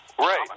Right